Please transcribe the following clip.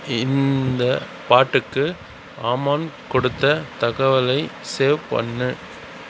இந்த பாட்டுக்கு ஆமான் கொடுத்தத் தகவலை சேவ் பண்ணு